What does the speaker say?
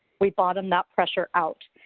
we bottom that pressure out.